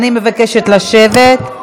אני מבקשת לשבת.